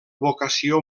vocació